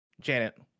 janet